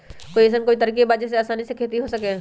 कोई अइसन कोई तरकीब बा जेसे आसानी से खेती हो सके?